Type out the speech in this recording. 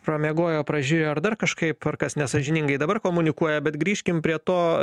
pramiegojo pražiūrėjo ar dar kažkaip ar kas nesąžiningai dabar komunikuoja bet grįžkim prie to